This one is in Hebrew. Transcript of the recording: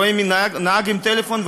רואים מי נהג ודיבר בפלאפון,